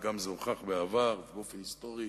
דבר שהוכח גם בעבר ובאופן היסטורי